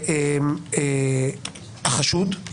החשוד.